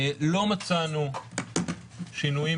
לא מצאנו שינויים